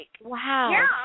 Wow